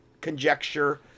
conjecture